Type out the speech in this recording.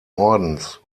ordens